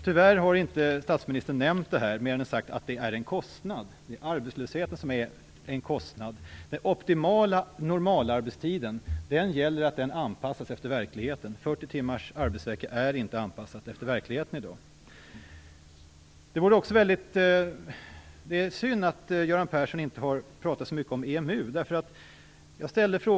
Tyvärr har statsministern inte nämnt det här mer än att han sagt att det är en kostnad. Det är arbetslösheten som är en kostnad! Det gäller att den optimala normalarbetstiden anpassas efter verkligheten. Att ha 40 timmars arbetsvecka är inte anpassat efter verkligheten i dag. Det är också synd att Göran Persson inte har pratat så mycket om EMU.